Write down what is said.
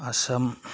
Assam